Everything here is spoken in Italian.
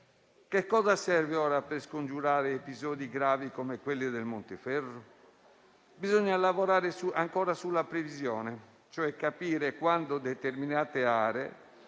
Che cosa serve ora per scongiurare episodi gravi come quelli nelle zone del Montiferru? Bisogna lavorare ancora sulla previsione, cioè capire quando determinate aree